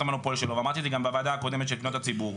המונופול שלו ואמרתי את זה גם בוועדה הקודמת של פניות הציבור,